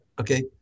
okay